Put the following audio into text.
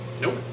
Nope